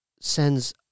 sends